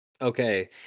Okay